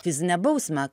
fizinę bausmę